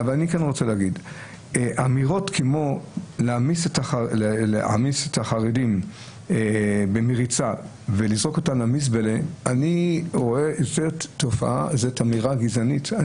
אמירה כמו להעמיס את החרדים במריצה ולזרוק אותם למזבלה זו אמירה גזענית.